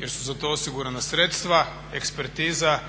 jer su za to osigurana sredstva, ekspertiza,